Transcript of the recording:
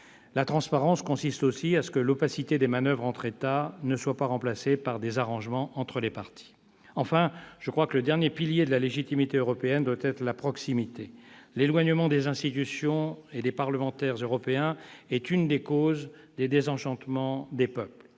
être mieux contrôlées. De même, l'opacité des manoeuvres entre États ne doit pas être remplacée par des arrangements entre les partis. Enfin, selon moi, le dernier pilier de la légitimité européenne doit être la proximité. L'éloignement des institutions et des parlementaires européens est une des causes du désenchantement des peuples.